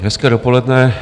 Hezké dopoledne.